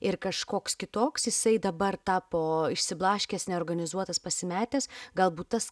ir kažkoks kitoks jisai dabar tapo išsiblaškęs neorganizuotas pasimetęs galbūt tas